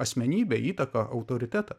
asmenybę įtaką autoritetą